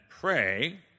pray